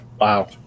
Wow